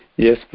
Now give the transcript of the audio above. Yes